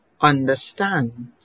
Understand